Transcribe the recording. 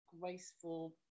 graceful